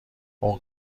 اون